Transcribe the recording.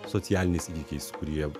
socialiniais įvykiais kurie